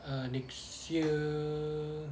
uh next year